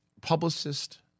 publicist